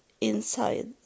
Inside